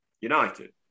United